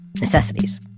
necessities